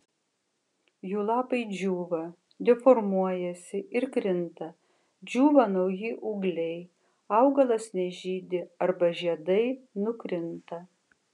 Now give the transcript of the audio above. jų lapai džiūva deformuojasi ir krinta džiūva nauji ūgliai augalas nežydi arba žiedai nukrinta